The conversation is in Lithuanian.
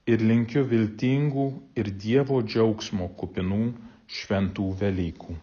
ir linkiu viltingų ir dievo džiaugsmo kupinų šventų velykų